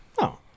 No